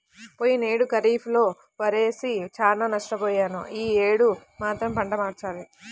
పోయినేడు ఖరీఫ్ లో వరేసి చానా నష్టపొయ్యాను యీ యేడు మాత్రం పంట మార్చాలి